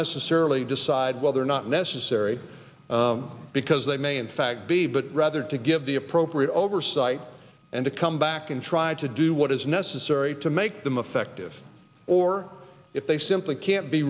necessarily decide whether or not necessary because they may in fact be but rather to give the appropriate oversight and to come back and try to do what is necessary to make them effective or if they simply can't be